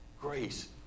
Grace